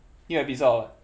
new episode out ah